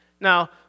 Now